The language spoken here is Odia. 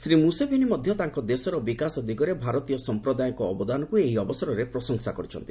ଶ୍ରୀ ମୁସେଭେନି ମଧ୍ୟ ତାଙ୍କ ଦେଶର ବିକାଶ ଦିଗରେ ଭାରତୀୟ ସଂପ୍ରଦାୟଙ୍କ ଅବଦାନକୁ ଏହି ଅବସରରେ ପ୍ରଶଂସା କରିଛନ୍ତି